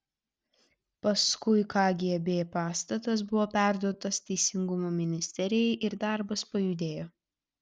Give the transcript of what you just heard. paskui kgb pastatas buvo perduotas teisingumo ministerijai ir darbas pajudėjo